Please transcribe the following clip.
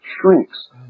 shrinks